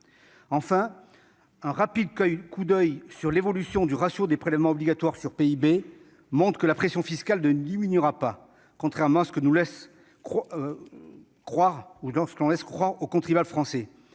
Enfin, un rapide coup d'oeil sur l'évolution du ratio entre les prélèvements obligatoires et le PIB montre que la pression fiscale ne diminuera pas, contrairement à ce qu'on laisse croire aux contribuables français.